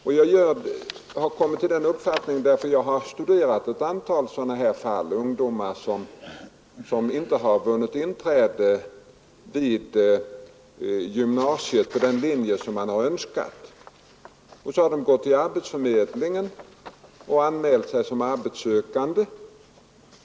Jag har kommit fram till det efter att ha studerat ett antal fall där ungdomarna inte har vunnit inträde vid gymnasiet på den linje de räknat med och därför gått till arbetsförmedlingen och anmält sig som arbetssökande.